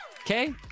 Okay